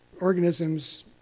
organisms